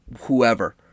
whoever